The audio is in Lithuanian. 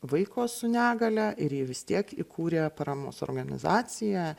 vaiko su negalia ir ji vis tiek įkūrė paramos organizaciją